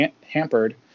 hampered